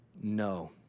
no